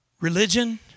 Religion